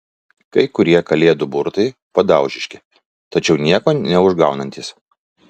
kai kurie kalėdų burtai padaužiški tačiau nieko neužgaunantys